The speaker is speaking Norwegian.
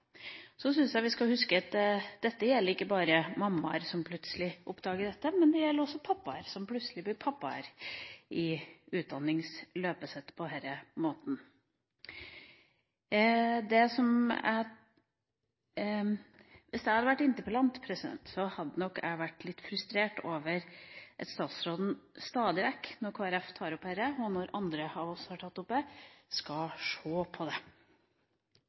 Så synes jeg vi skal huske at dette ikke bare gjelder mammaer som plutselig oppdager dette, men det gjelder også pappaer som plutselig blir pappaer midt i utdanningsløpet sitt. Hvis jeg hadde vært interpellanten, hadde nok jeg vært litt frustrert over at statsråden stadig vekk når Kristelig Folkeparti tar opp dette, og når andre av oss har tatt opp dette, skal «se på det».